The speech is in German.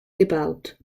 gebaut